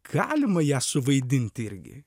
galima ją suvaidinti irgi